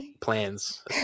plans